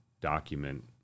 document